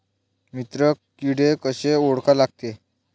मित्र किडे कशे ओळखा लागते?